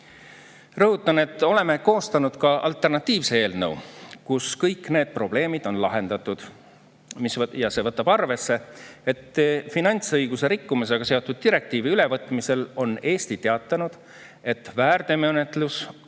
Rõhutan, et oleme koostanud ka alternatiivse eelnõu, kus kõik need probleemid on lahendatud. See võtab arvesse, et finantsõiguse rikkumisega seotud direktiivi ülevõtmisel on Eesti teatanud, et väärteomenetlus on